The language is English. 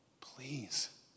please